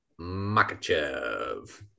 Makachev